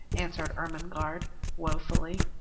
answered ermengarde woefully,